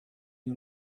you